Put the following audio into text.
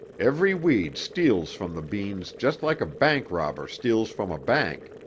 every weed steals from the beans just like a bank robber steals from a bank.